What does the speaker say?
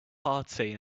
party